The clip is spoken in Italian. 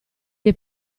dei